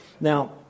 Now